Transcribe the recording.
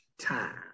Time